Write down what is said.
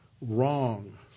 wrong